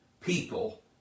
people